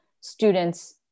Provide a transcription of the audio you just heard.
students